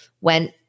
went